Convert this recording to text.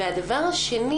הדבר השני